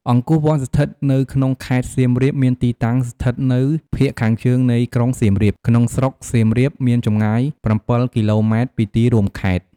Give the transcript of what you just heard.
អង្គរវត្ត ស្ថិតនៅក្នុងខេត្តសៀមរាបមានទីតាំងស្ថិតនៅភាគខាងជើងនៃក្រុងសៀមរាប ក្នុងស្រុកសៀមរាប មានចម្ងាយ ៧ គីឡូម៉ែត្រ ពីទីរួមខេត្ត។